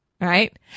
Right